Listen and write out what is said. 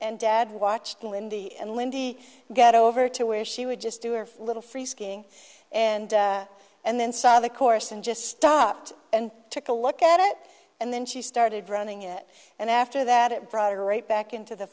and dad watched lindy and lindy get over to where she would just do a little free skiing and and then saw the course and just stopped and took a look at it and then she started running it and after that it brought her right back into the